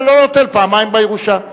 ולא נוטל פעמיים בירושה.